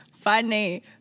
Funny